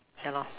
yeah lah